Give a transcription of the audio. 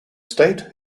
state